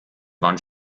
wand